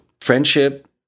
friendship